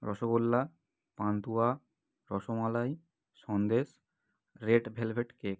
rasgulla pantua rasmalai sandesh red velvet cake